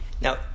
Now